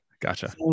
Gotcha